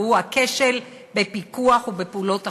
והוא הכשל בפיקוח ובפעולות אכיפה.